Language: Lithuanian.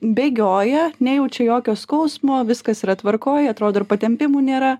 bėgioja nejaučia jokio skausmo viskas yra tvarkoj atrodo ir patempimų nėra